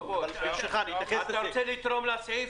אתה רוצה לתרום לסעיף?